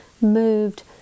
moved